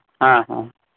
ᱦᱮᱸ ᱦᱮᱸ